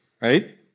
right